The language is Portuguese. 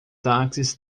táxi